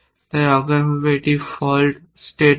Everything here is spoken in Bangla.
তাই অজ্ঞানভাবে এটি ফল্ট স্টেটমেন্ট